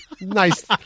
nice